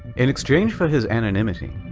in exchange for his anonymity,